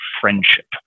friendship